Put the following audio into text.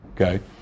Okay